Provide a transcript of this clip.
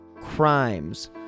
CRIMES